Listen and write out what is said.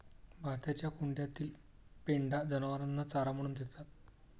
भाताच्या कुंड्यातील पेंढा जनावरांना चारा म्हणून देतात